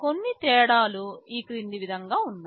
కొన్ని తేడాలు ఈ క్రింది విధంగా ఉన్నాయి